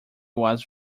was